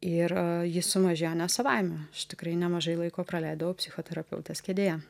ir ji sumažėjo ne savaime tikrai nemažai laiko praleidau psichoterapeutės kėdėje